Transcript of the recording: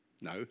No